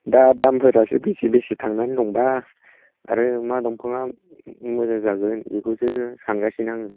दा दामफोरासो बेसे बेसे थांनानै दं बा आरो मा दंफाङा मोजां जागोन बेखौसो सानगासिनो आङो